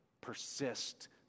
Persist